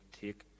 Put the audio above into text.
take